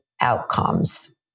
outcomes